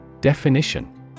Definition